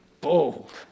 Bold